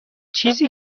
چیزی